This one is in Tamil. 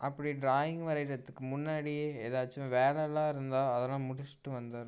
அப்படி ட்ராயிங் வரையிரத்துக்கு முன்னாடியே ஏதாச்சும் வேலைலா இருந்தால் அதெல்லாம் முடிச்சுட்டு வந்தடணும்